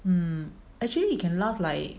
mm actually it can last like